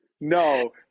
no